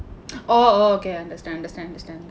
orh okay understand understand understand